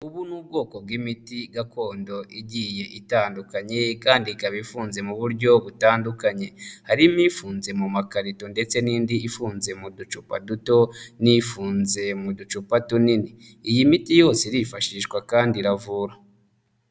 Ubu ni ubwoko bw'imiti gakondo igiye itandukanye kandi ikaba ifunze mu buryo butandukanye. Harimo ifunze mu makarito ndetse n'indi ifunze mu ducupa duto n'ifunze mu ducupa tunini. Iyi miti yose irifashishwa kandi iravura.